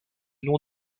nom